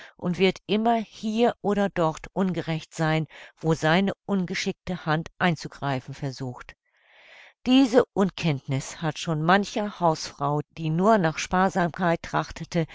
und wird immer hier oder dort ungerecht sein wo seine ungeschickte hand einzugreifen versucht diese unkenntniß hat schon mancher hausfrau die nur nach sparsamkeit trachtete